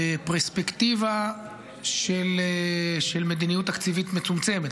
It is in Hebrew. בפרספקטיבה של מדיניות תקציבית מצומצמת.